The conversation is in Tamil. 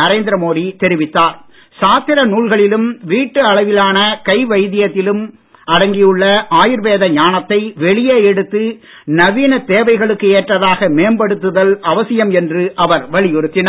நரேந்திர மோடி தெரிவித்தார் சாத்திர நூல்களிலும் வீட்டு அளவிலான கை வைத்தியத்திலும் அடங்கியுள்ள ஆயுர்வேத ஞானத்தை வெளியே எடுத்து நவீனத் தேவைகளுக்கு ஏற்றதாக மேம்படுத்துதல் அவசியம் என்று அவர் வலியுறுத்தினார்